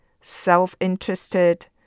self-interested